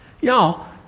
Y'all